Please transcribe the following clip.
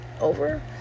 over